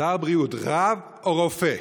שר הבריאות, רב או רופא?